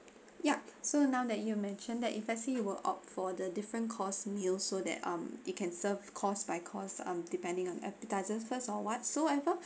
yup so now that you are mentioned that if let say you will opt for the different course meal so that um it can serve course by course um depending on appetizers first or whatsoever